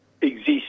exist